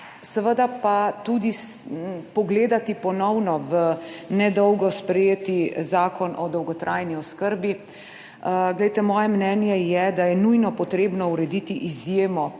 Seveda pa tudi pogledati ponovno v nedolgo [nazaj] sprejet Zakon o dolgotrajni oskrbi. Glejte, moje mnenje je, da je nujno potrebno urediti izjemo